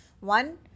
One